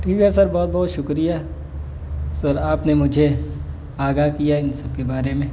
ٹھیک ہے سر بہت بہت شکریہ سر آپ نے مجھے آگاہ کیا ان سب کے بارے میں